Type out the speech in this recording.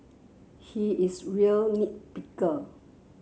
he is real nit picker